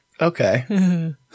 Okay